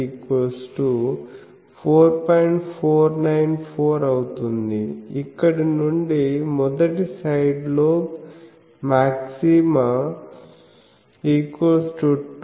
494 అవుతుంది ఇక్కడి నుండి మొదటి సైడ్ లోబ్ మాక్సిమా 2θS2sin 11